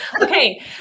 Okay